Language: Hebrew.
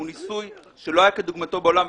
הוא ניסוי שלא היה כדוגמתו בעולם,